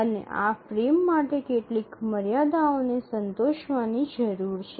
અને આ ફ્રેમ માટે કેટલીક મર્યાદાઓને સંતોષવાની જરૂર છે